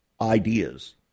ideas